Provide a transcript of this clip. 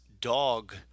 dog